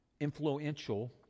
influential